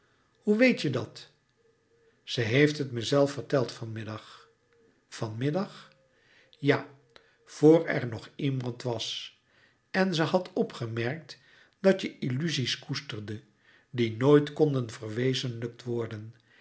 hoe weet je dat ze heeft het me zelf verteld van middag van middag ja vr er nog iemand was en ze had opgemerkt dat je illuzies koesterde die nooit konden verwezenlijkt worden